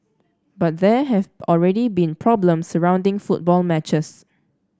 but there have already been problem surrounding football matches